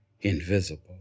invisible